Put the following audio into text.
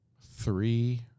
three